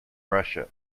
russia